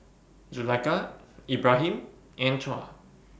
Zulaikha Ibrahim and Tuah